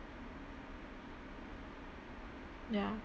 ya